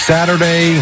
Saturday